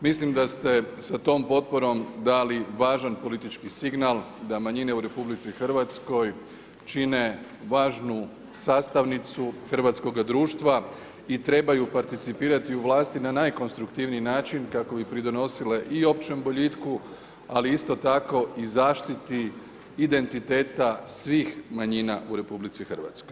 Mislim da ste s tom potporom dali važan politički signal, da manjine u RH čine važnu sastavnicu hrvatskoga društva i trebaju percipirati u vlasti na najkonstruktivniji način, kako bi pridonosile i općem boljitku, ali isto tako i zaštiti identiteta svih manjina u RH.